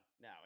no